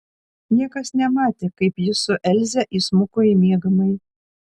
niekas nematė kaip jis su elze įsmuko į miegamąjį